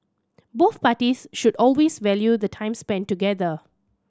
both parties should always value the time spent together